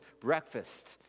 breakfast